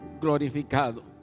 glorificado